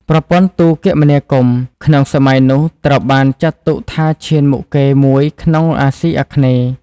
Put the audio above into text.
ប្រព័ន្ធទូរគមនាគមន៍ក្នុងសម័យនោះត្រូវបានចាត់ទុកថាឈានមុខគេមួយក្នុងអាស៊ីអាគ្នេយ៍។